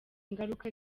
ingaruka